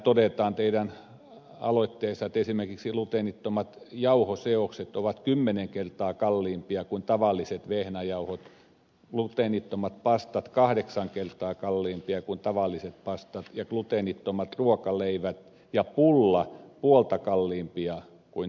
tässä teidän aloitteessannehan todetaan että esimerkiksi gluteenittomat jauhoseokset ovat kymmenen kertaa kalliimpia kuin tavalliset vehnäjauhot gluteenittomat pastat kahdeksan kertaa kalliimpia kuin tavalliset pastat ja gluteenittomat ruokaleivät ja pulla puolta kalliimpia kuin tavanomaiset